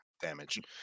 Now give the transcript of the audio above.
damage